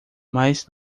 mas